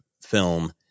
film